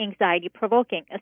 anxiety-provoking